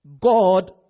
God